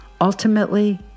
Ultimately